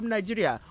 Nigeria